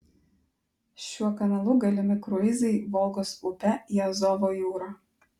šiuo kanalu galimi kruizai volgos upe į azovo jūrą